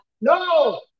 No